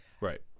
Right